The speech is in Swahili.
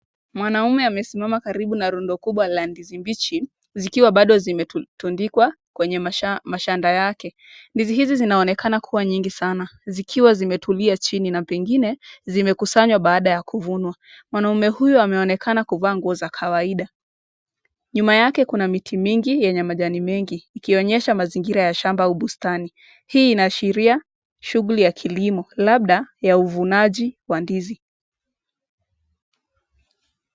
Mwanaume amesimama karibu na rundo kubwa la ndizi mbichi zikiwa bado zimetundikwa kwenye mashanda yake. Ndizi hizi zinaonekana kukuwa nyingi sana zikiwa zimetulia chini na pengine zimekusanywa baada ya kuvunwa. Mwanaume huyu ameonekana kuvaa nguo za kawaida . Nyuma yake kuna miti mingi yenye majani mengi ikionyesha mazingira ya mashamba ubustani hii inaashiria shughuli ya kilimo labda ya uvunaji wa ndizi.